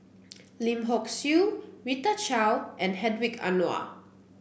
Lim Hock Siew Rita Chao and Hedwig Anuar